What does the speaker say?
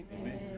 Amen